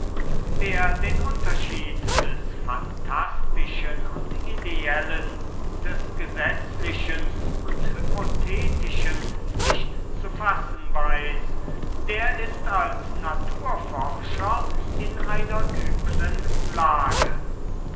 wer den unterschied des phantastischen und ideellen des gesetzlichen und hypothetischen nicht zu fassen weiß der ist als naturforscher in einer üblen lage